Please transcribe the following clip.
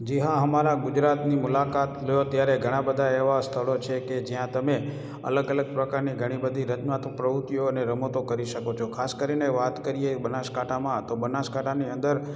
જી હા અમારા ગુજરાતની મુલાકાત લો ત્યારે ઘણાં બધા એવા સ્થળો છે કે જ્યાં તમે અલગ અલગ પ્રકારની ઘણી બધી રચનાત્મક પ્રવૃત્તિઓ અને રમતો કરી શકો છો ખાસ કરીને વાત કરીએ બનાસકાંઠામાં તો બનાસકાંઠાની અંદર